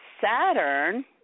Saturn